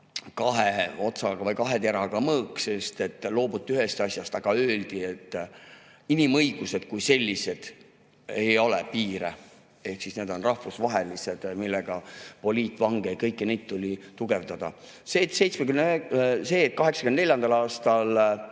kahe otsaga või kahe teraga mõõk, sest loobuti ühest asjast, aga öeldi, et inimõigustel kui sellistel ei ole piire ehk need on rahvusvahelised, millele [toetudes] poliitvange tuli tugevdada. See, et 1984. aastal